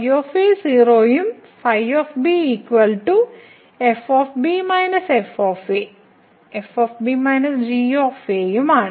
ആണ് ϕ 0 ഉം ϕ f f g ഉം ആണ്